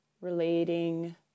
relating